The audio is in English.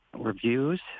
reviews